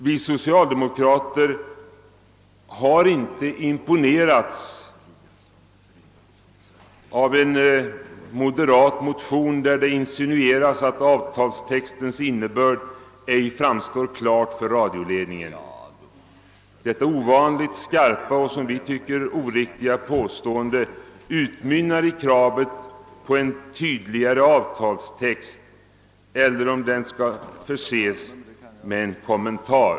Vi socialdemokrater har inte imponerats av den motion från moderat håll, där det insinueras att avtalstexten ej framstår klart för radioledningen. Detta ovanligt skar pa och som vi tycker oriktiga påstående utmynnar i krav på en tydligare avtalstext eller på en kommentar i anslutning till denna.